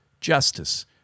justice